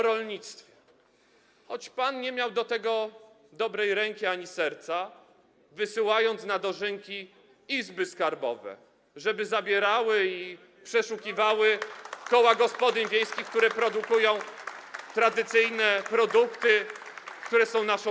Rolnictwo - choć pan nie miał do tego dobrej ręki ani serca, wysyłając na dożynki izby skarbowe, żeby zabierały, przeszukiwały koła gospodyń wiejskich, które produkują tradycyjne produkty, które są naszą